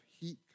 heat